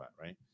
right